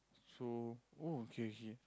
so oh okay okay